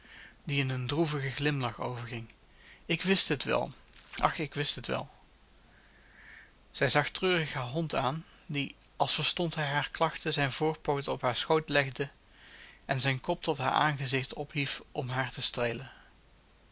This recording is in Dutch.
die in een droevigen glimlach overging ik wist het wel ach ik wist het wel zij zag treurig haar hond aan die als verstond hij hare klachten zijn voorpooten op haar schoot legde en zijn kop tot haar aangezicht ophief om haar te streelen